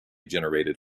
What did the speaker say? generated